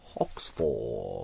Oxford